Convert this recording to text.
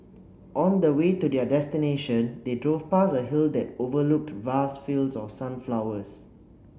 on the way to their destination they drove past a hill that overlooked vast fields of sunflowers